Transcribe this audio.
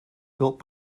built